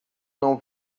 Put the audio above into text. não